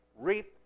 reap